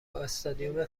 استادیوم